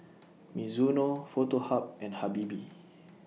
Mizuno Foto Hub and Habibie